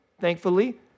thankfully